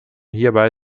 hierbei